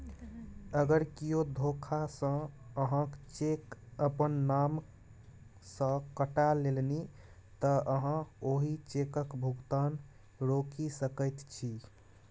अगर कियो धोखासँ अहाँक चेक अपन नाम सँ कटा लेलनि तँ अहाँ ओहि चेकक भुगतान रोकि सकैत छी